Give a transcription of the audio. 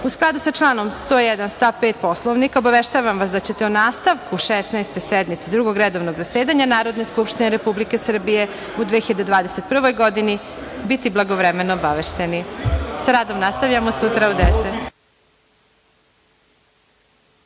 skladu sa članom 101. stav 5. Poslovnika, obaveštavam vas da ćete o nastavku Šesnaeste sednice Drugog redovnog zasedanja Narodne skupštine Republike Srbije u 2021. godini biti blagovremeno obavešteni. Sa radom nastavljamo sutra u 10,00